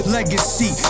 Legacy